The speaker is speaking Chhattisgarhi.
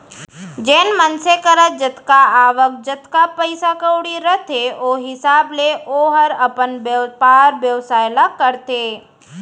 जेन मनसे करा जतका आवक, जतका पइसा कउड़ी रथे ओ हिसाब ले ओहर अपन बयपार बेवसाय ल करथे